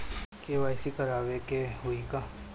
KYC करावे के होई का?